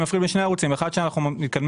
אני מפריד בין שני ערוצים: אחד שאנחנו מתקדמים